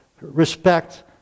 respect